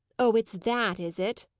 oh, it's that, is it?